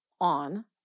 on